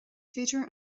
féidir